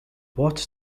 what